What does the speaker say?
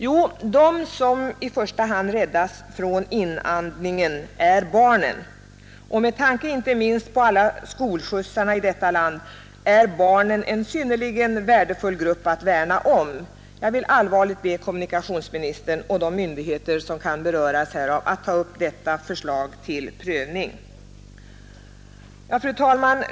Jo, de som i första hand räddas från inandningen är barnen, och med tanke inte minst på alla skolskjutsarna i detta land är barnen en synnerligen stor och viktig grupp att värna om, Jag vill allvarligt be kommunikationsministern och de myndigheter som kan beröras härav att ta detta förslag till prövning. Fru talman!